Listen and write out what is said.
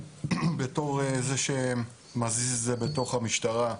בתור זה שמזיז את זה בתוך המשטרה,